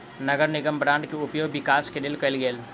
नगर निगम बांड के उपयोग विकास के लेल कएल गेल